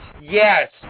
Yes